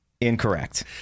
Incorrect